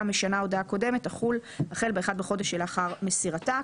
משנה קודמת תחול החל ב-1 בחודש שלאחר מסירתה".